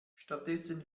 stattdessen